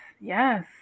yes